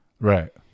Right